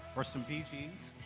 or some bee gees,